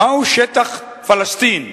מהו שטח פלסטין?